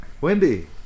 Wendy